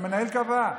המנהל קבע.